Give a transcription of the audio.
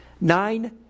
Nine